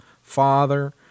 father